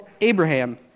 Abraham